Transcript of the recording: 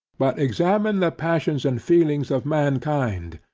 but examine the passions and feelings of mankind,